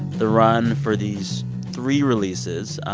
the run for these three releases.